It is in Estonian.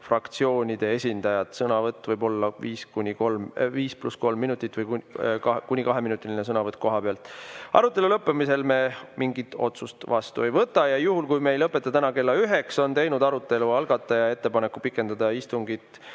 fraktsioonide esindajad, sõnavõtt võib olla 5 + 3 minutit või kuni kaheminutiline sõnavõtt kohapealt. Arutelu lõppemisel me mingit otsust vastu ei võta. Ja juhuks, kui me ei lõpeta täna kella üheks, on arutelu algataja teinud ettepaneku pikendada istungit